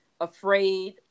afraid